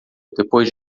depois